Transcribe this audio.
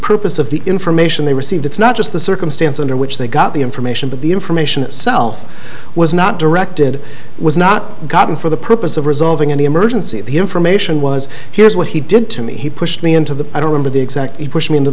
purpose of the information they received it's not just the circumstance under which they got the information but the information itself was not directed was not gotten for the purpose of resolving any emergency of the information was here's what he did to me he pushed me into the i don't remember the exact he pushed me into